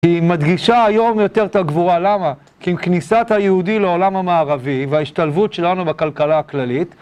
היא מדגישה היום יותר את הגבורה, למה? כי עם כניסת היהודי לעולם המערבי וההשתלבות שלנו בכלכלה הכללית